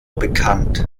bekannt